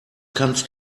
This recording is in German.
kannst